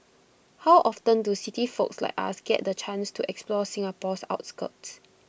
how often do city folks like us get the chance to explore Singapore's outskirts